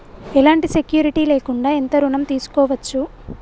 ఎలాంటి సెక్యూరిటీ లేకుండా ఎంత ఋణం తీసుకోవచ్చు?